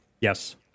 Yes